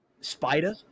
Spider